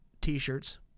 t-shirts